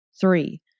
Three